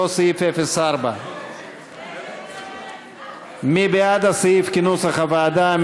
אותו סעיף, 04. מי בעד הסעיף כנוסח הוועדה?